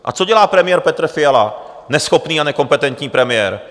A co dělá premiér Petr Fiala, neschopný a nekompetentní premiér?